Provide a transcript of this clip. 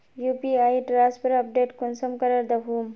UPI transfer update कुंसम करे दखुम?